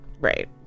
right